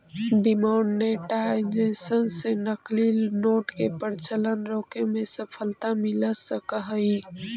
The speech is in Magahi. डिमॉनेटाइजेशन से नकली नोट के प्रचलन रोके में सफलता मिल सकऽ हई